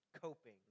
Coping